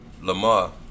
Lamar